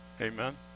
Amen